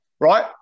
right